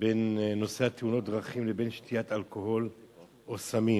של קשר בין נושא תאונות הדרכים לבין שתיית אלכוהול או סמים,